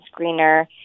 screener